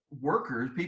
workers